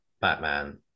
batman